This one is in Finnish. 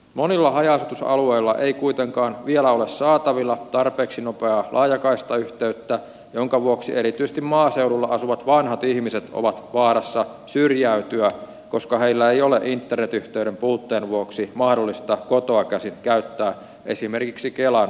monilla haja asutusalueilla ei kuitenkaan vielä ole saatavilla tarpeeksi nopeaa laajakaistayhteyttä minkä vuoksi erityisesti maaseudulla asuvat vanhat ihmiset ovat vaarassa syrjäytyä koska heillä ei ole internet yhteyden puutteen vuoksi mahdollisuutta kotoa käsin käyttää esimerkiksi kelan sähköisiä palveluita